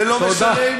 תודה.